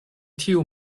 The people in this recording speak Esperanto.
tiu